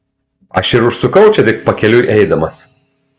aš ir užsukau čia tik pakeliui eidamas